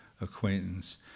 acquaintance